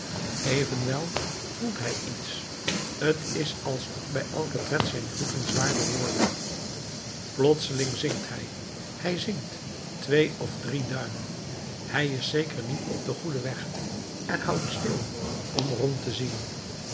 evenwel voelt hij iets t is alsof bij elken tred zijn voeten zwaarder worden plotseling zinkt hij hij zinkt twee of drie duim hij is zeker niet op den goeden weg en houdt stil om rond te zien